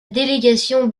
délégation